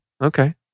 Okay